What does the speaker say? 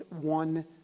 one